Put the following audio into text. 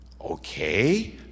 Okay